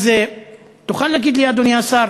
אז תוכל להגיד לי, אדוני השר,